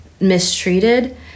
mistreated